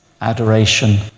adoration